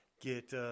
get